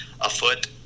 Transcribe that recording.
afoot